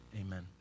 Amen